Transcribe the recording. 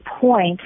point